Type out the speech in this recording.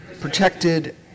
protected